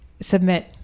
submit